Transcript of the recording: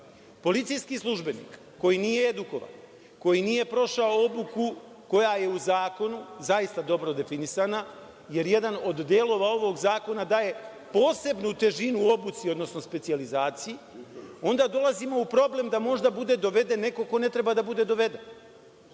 policijski službenik koji nije edukovan, koji nije prošao obuku koja je u zakonu zaista dobro definisana, jer jedan od delova ovog zakona daje posebnu težinu obuci, odnosno specijalizaciji. Onda dolazimo u problem da možda bude doveden neko ko ne treba da bude doveden.